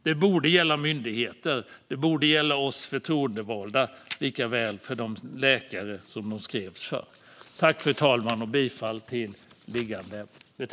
Det borde gälla för myndigheter och för oss förtroendevalda likaväl som det gäller för de läkare det skrevs för. Jag yrkar bifall till förslaget.